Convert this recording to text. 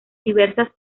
diversas